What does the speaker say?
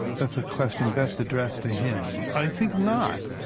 that's a question best addressed to him. i think not,